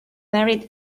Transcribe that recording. married